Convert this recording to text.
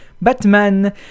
Batman